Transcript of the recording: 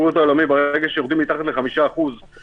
העלו את זה כאן קודם.